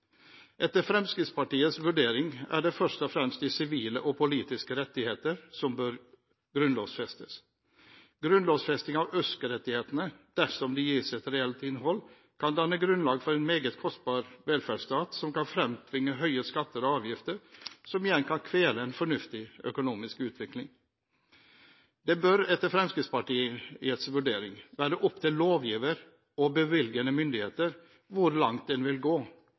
Etter Fremskrittspartiets vurdering er det først og fremst de sivile og politiske rettigheter som bør grunnlovfestes. Grunnlovfesting av ØSK-rettighetene, dersom de gis et reelt innhold, kan danne grunnlag for en meget kostbar velferdsstat som kan fremtvinge høye skatter og avgifter, som igjen kan kvele en fornuftig økonomisk utvikling. Det bør etter Fremskrittspartiets vurdering være opp til lovgiver og bevilgende myndigheter hvor langt en vil gå,